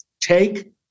take